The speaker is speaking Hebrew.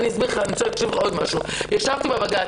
ישבתי בבג"ץ.